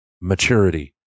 maturity